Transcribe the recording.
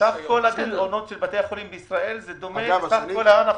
סך כל הגירעונות של בתי החולים בישראל זה דומה לסך כל ההנחות,